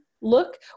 look